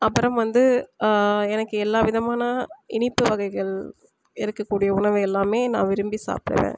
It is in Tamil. அப்புறம் வந்து எனக்கு எல்லா விதமான இனிப்பு வகைகள் இருக்கக்கூடிய உணவு எல்லாமே நான் விரும்பி சாப்பிடுவேன்